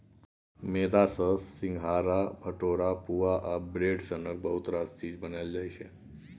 मेदा सँ सिंग्हारा, भटुरा, पुआ आ ब्रेड सनक बहुत रास चीज बनाएल जाइ छै